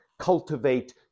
Cultivate